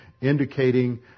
indicating